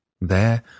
There